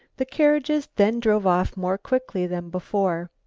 the carriages then drove off more quickly than before.